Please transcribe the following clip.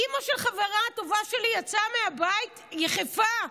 אימא של חברה טובה שלי יצאה מהבית יחפה,